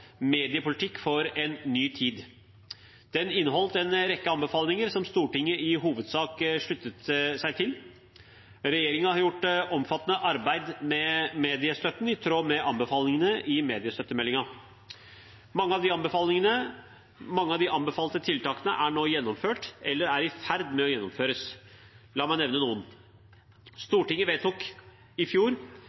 Mediepolitikk for ei ny tid. Den inneholdt en rekke anbefalinger som Stortinget i hovedsak sluttet seg til. Regjeringen har gjort et omfattende arbeid med mediestøtten, i tråd med anbefalingene i mediestøttemeldingen. Mange av de anbefalte tiltakene er nå gjennomført eller i ferd med å gjennomføres. La meg nevne noen: Stortinget vedtok i fjor